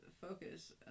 focus